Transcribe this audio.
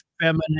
feminine